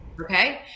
Okay